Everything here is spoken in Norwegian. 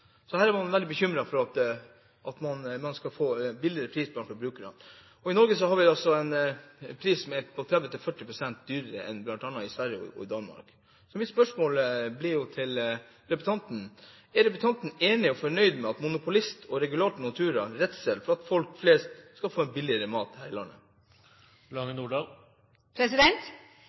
Så her var man veldig bekymret for at man skulle få en billigere pris blant forbrukerne. I Norge har vi altså en pris som er 30–40 pst. høyere enn bl.a. i Sverige og Danmark. Så mitt spørsmål til representanten blir: Er representanten enig i og fornøyd med monopolist og regulator Norturas redsel for at folk flest skal få billigere mat her i landet?